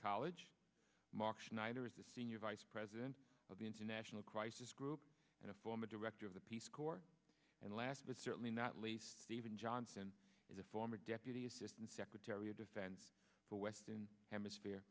college mark schneider is the senior vice president of the international crisis group and a former director of the peace corps and last but certainly not least even johnson is a former deputy assistant secretary of defense for western hemisphere